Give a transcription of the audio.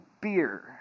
beer